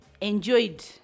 enjoyed